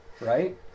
right